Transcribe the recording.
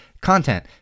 content